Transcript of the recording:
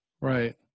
Right